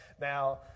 Now